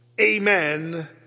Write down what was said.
amen